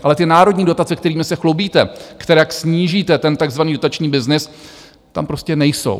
Ale ty národní dotace, kterými se chlubíte, kterak snížíte ten takzvaný dotační byznys, tam prostě nejsou.